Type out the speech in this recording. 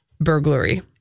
burglary